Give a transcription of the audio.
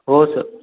हो सर